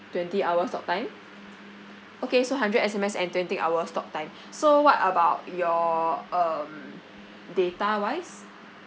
twenty hours talktime okay so hundred S_M_S and twenty hours talktime so what about your um data wise